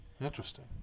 Interesting